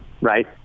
right